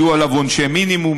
יהיו עליו עונשי מינימום,